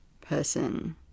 person